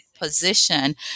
position